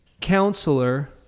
counselor